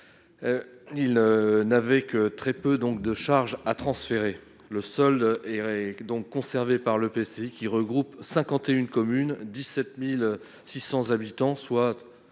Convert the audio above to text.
et n'a que très peu de charges à transférer. Le solde est donc conservé par l'EPCI, qui regroupe 51 communes, 17 600 habitants, soit